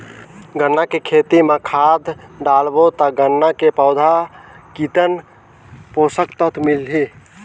गन्ना के खेती मां खाद डालबो ता गन्ना के पौधा कितन पोषक तत्व मिलही?